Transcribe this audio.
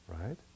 right